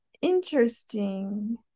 interesting